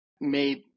made